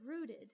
rooted